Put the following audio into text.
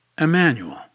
Emmanuel